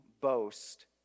boast